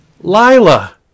Lila